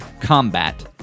combat